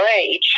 age